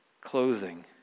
clothing